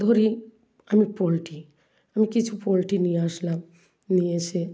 ধরি আমি পোল্ট্রি আমি কিছু পোল্ট্রি নিয়ে আসলাম নিয়ে এসে